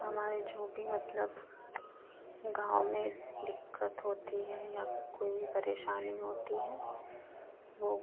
हमारे जो भी मतलब गाँव में दिक्कत होती है या कोई भी परेशानी होती है वह